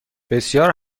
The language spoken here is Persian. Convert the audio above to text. بسیار